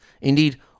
Indeed